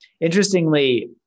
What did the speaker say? Interestingly